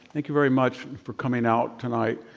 thank you very much for coming out tonight.